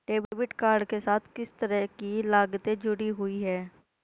Debit card के साथ किस तरह की लागतें जुड़ी हुई हैं?